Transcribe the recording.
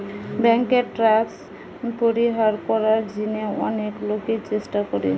বেঙ্কে ট্যাক্স পরিহার করার জিনে অনেক লোকই চেষ্টা করে